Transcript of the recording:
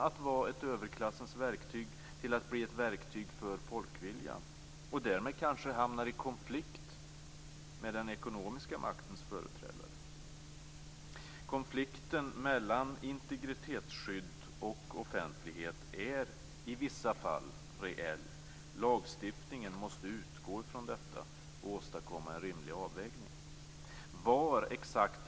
Centerpartiet anser att det bör komma till stånd en integritetslagstiftning som bygger på en missbruksmodell. Regeringen måste också driva frågan att det EG-direktiv som ligger till grund för denna lagstiftning ersätts med ett reviderat och modernt direktiv.